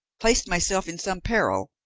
placed myself in some peril,